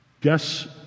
Guess